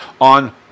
on